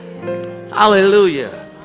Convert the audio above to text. Hallelujah